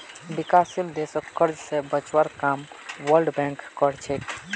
विकासशील देशक कर्ज स बचवार काम वर्ल्ड बैंक कर छेक